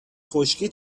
خشکی